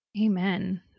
Amen